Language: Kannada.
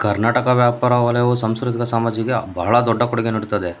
ಕರ್ನಾಟಕ ವ್ಯಾಪಾರ ವಲಯವು ಸಾಂಸ್ಕೃತಿಕ ಸಾಮಾಜಿಕ ಬಹಳ ದೊಡ್ಡ ಕೊಡುಗೆ ನೀಡುತ್ತದೆ